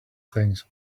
things